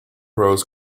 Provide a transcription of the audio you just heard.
rose